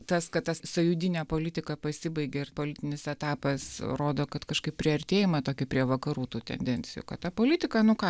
tas kad tas sąjūdinė politika pasibaigė ir politinis etapas rodo kad kažkaip priartėjimą tokį prie vakarų tų tendencijų kad ta politika nu ką